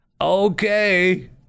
okay